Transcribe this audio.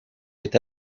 est